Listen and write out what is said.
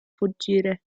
fuggire